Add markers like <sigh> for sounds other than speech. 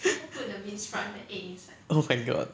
<laughs> oh my god